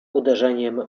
uderzeniem